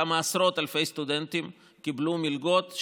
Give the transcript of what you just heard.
כמה עשרות אלפי סטודנטים קיבלו מלגות,